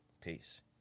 Peace